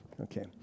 okay